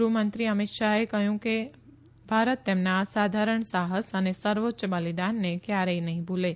ગૃહમંત્રી અમિત શાહે કહયું છે કે ભારત તેમના અસાધારણ સાહસ અને સર્વોચ્ય બલિદાનને કયારેથ નહી ભુલો